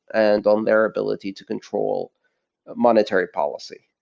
and on their ability to control monetary policy.